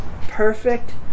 perfect